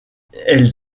elles